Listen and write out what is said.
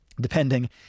depending